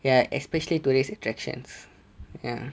like especially tourist attractions ya